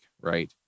right